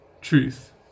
truth